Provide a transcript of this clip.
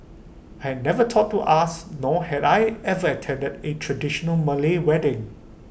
had never thought to ask nor had I ever attended A traditional Malay wedding